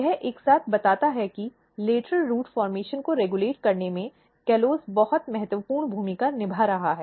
यह एक साथ बताता है कि लेटरल रूट गठन को रेगुलेट करने में कॉलोज़ बहुत महत्वपूर्ण भूमिका निभा रहा है